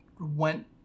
went